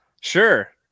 Sure